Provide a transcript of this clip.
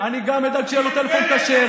אני גם אדאג שיהיה לו טלפון כשר.